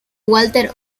walter